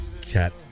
Cat